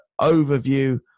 overview